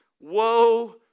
Woe